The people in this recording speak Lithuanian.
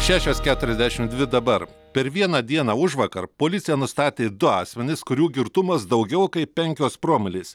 šešios keturiasdešim dvi dabar per vieną dieną užvakar policija nustatė du asmenis kurių girtumas daugiau kaip penkios promilės